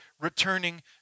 returning